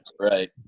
right